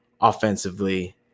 offensively